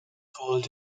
called